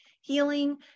healing